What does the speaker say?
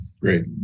great